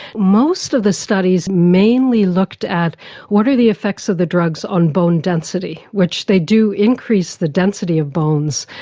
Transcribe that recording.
most of the studies mainly looked at what are the effects of the drugs on bone density, which they do increase the density of bones.